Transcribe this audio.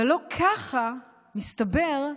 אבל לא ככה, מסתבר,